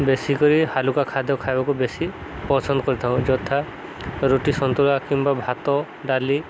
ବେଶୀକରି ହାଲୁକା ଖାଦ୍ୟ ଖାଇବାକୁ ବେଶି ପସନ୍ଦ କରିଥାଉ ଯଥା ରୁଟି ସନ୍ତୁଳା କିମ୍ବା ଭାତ ଡାଲି